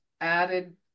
added